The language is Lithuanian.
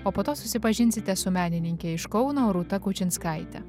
o po to susipažinsite su menininke iš kauno rūta kaučinskaite